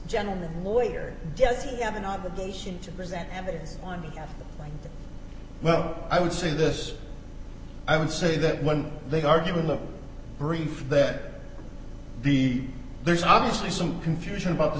gentleman lawyer doesn't have an obligation to present evidence on behalf well i would say this i would say that when they argue in the brief that the there's obviously some confusion about the